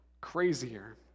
crazier